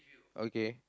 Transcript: okay